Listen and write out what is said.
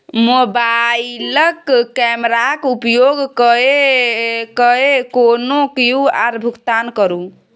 मोबाइलक कैमराक उपयोग कय कए कोनो क्यु.आर भुगतान करू